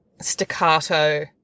staccato